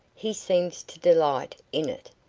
he seems to delight in it,